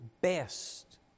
best